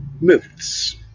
myths